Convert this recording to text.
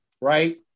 right